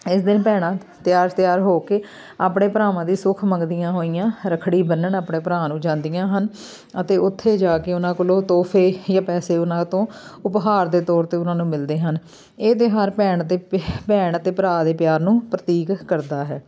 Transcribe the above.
ਇਸ ਦਿਨ ਭੈਣਾਂ ਤਿਆਰ ਤਿਆਰ ਹੋ ਕੇ ਆਪਣੇ ਭਰਾਵਾਂ ਦੀ ਸੁੱਖ ਮੰਗਦੀਆਂ ਹੋਈਆਂ ਰੱਖੜੀ ਬੰਨਣ ਆਪਣੇ ਭਰਾ ਨੂੰ ਜਾਂਦੀਆਂ ਹਨ ਅਤੇ ਉੱਥੇ ਜਾ ਕੇ ਉਹਨਾਂ ਕੋਲੋਂ ਤੋਹਫੇ ਜਾਂ ਪੈਸੇ ਉਹਨਾਂ ਤੋਂ ਉਪਹਾਰ ਦੇ ਤੌਰ 'ਤੇ ਉਹਨਾਂ ਨੂੰ ਮਿਲਦੇ ਹਨ ਇਹ ਤਿਉਹਾਰ ਭੈਣ ਅਤੇ ਭੈਣ ਅਤੇ ਭਰਾ ਦੇ ਪਿਆਰ ਨੂੰ ਪ੍ਰਤੀਕ ਕਰਦਾ ਹੈ